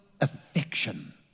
affection